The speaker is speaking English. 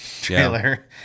trailer